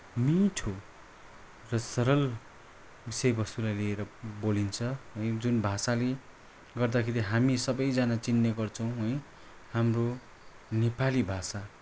मिठो र सरल विषय वस्तुलाई लिएर बोलिन्छ है जुन भाषाले गर्दाखेरि हामी सबैजना चिनिने गर्छौँ है हाम्रो नेपाली भाषा